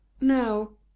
no